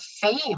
fame